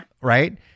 Right